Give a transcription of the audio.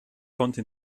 konnte